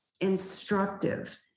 instructive